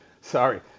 sorry